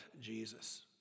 Jesus